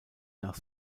nach